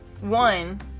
one